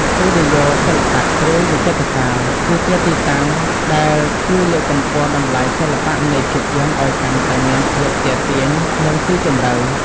ស្ទូឌីយោសិល្បៈ ឬវិចិត្រសាល គឺជាទីតាំងដែលជួយលើកកម្ពស់តម្លៃសិល្បៈនៃភាពយន្តឱ្យកាន់តែមានភាពទាក់ទាញ និងស៊ីជម្រៅ។